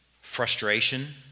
frustration